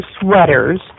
sweaters